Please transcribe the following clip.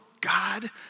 God